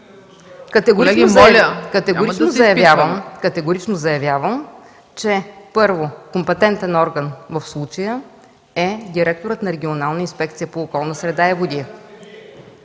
Категорично заявявам, че, първо, компетентен орган в случая е директорът на Регионалната инспекция по околната среда и водите.